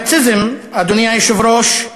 הנאציזם, אדוני היושב-ראש,